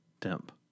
temp